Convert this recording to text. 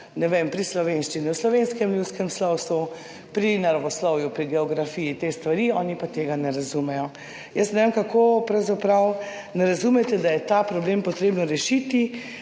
učimo pri slovenščini o slovenskem ljudskem slovstvu, pri naravoslovju, pri geografiji te stvari, oni pa tega ne razumejo. Jaz ne vem, kako pravzaprav ne razumete, da je ta problem potrebno rešiti,